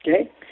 okay